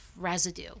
residue